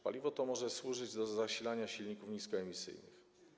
Paliwo to może służyć do zasilania silników niskoemisyjnych.